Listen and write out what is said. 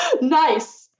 Nice